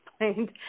explained